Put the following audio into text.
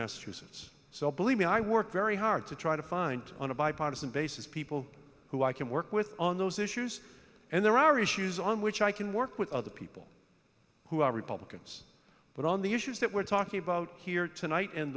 massachusetts so believe me i work very hard to try to find on a bipartisan basis people who i can work with on those issues and there are issues on which i can work with other people who are republicans but on the issues that we're talking about here tonight